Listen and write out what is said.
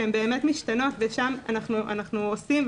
שהן באמת משתנות ושם אנחנו עושים,